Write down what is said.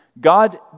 God